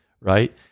right